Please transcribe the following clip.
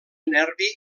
nervi